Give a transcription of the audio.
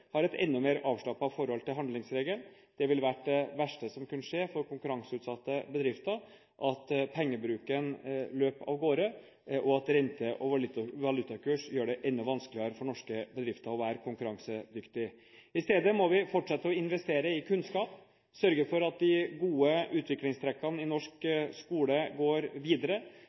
har et enda mer avslappet forhold til handlingsregelen. Det ville være det verste som kunne skje for konkurranseutsatte bedrifter om pengebruken løp løpsk og om rente- og valutakurs gjorde det enda vanskeligere for norske bedrifter å være konkurransedyktige. I stedet må vi fortsette å investere i kunnskap, sørge for at de gode utviklingstrekkene i norsk skole går videre,